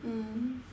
mm